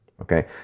okay